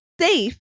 safe